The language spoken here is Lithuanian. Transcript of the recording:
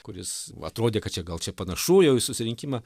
kuris atrodė kad čia gal čia panašu jau į susirinkimą